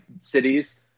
cities